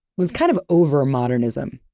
was kind of over modernism.